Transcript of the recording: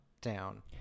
down